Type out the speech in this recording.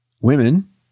women